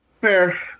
Fair